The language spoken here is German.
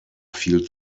viel